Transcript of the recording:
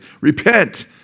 Repent